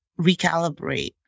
recalibrate